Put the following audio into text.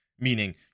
meaning